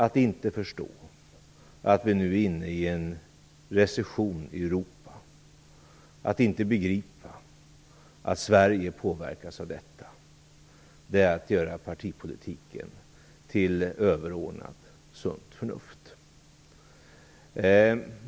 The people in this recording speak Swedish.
Att inte förstå att vi nu är inne i en recession i Europa och att inte begripa att Sverige påverkas av detta, det är att göra partipolitiken överordnad sunt förnuft.